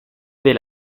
del